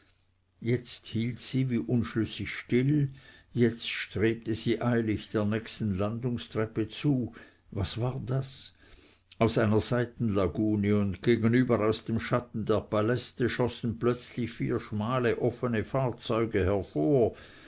jetzt hielt sie wie unschlüssig still jetzt strebte sie eilig der nächsten landungstreppe zu was war das aus einer seitenlagune und gegenüber aus dem schatten der paläste schossen plötzlich vier schmale offene fahrzeuge hervor